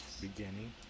Beginning